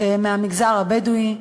מהמגזר הבדואי.